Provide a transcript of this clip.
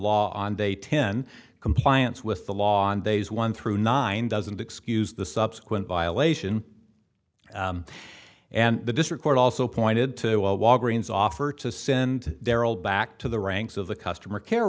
law on day ten compliance with the law on days one through nine doesn't excuse the subsequent violation and the district court also pointed to a walgreens offer to send darryl back to the ranks of the customer care